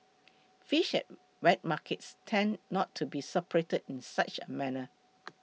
fish at wet markets tend not to be separated in such a manner